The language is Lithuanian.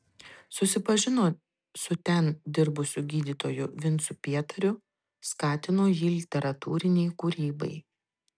susipažino su ten dirbusiu gydytoju vincu pietariu skatino jį literatūrinei kūrybai